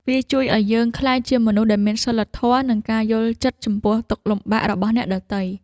វាជួយឱ្យយើងក្លាយជាមនុស្សដែលមានសីលធម៌ និងការយល់ចិត្តចំពោះទុក្ខលំបាករបស់អ្នកដទៃ